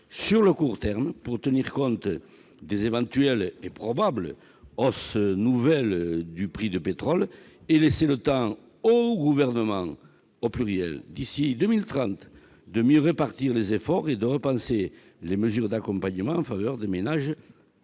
sur le court terme, pour tenir compte des probables nouvelles hausses du prix du pétrole et laisser le temps aux gouvernements, d'ici à 2030, de mieux répartir les efforts et de repenser les mesures d'accompagnement en faveur des ménages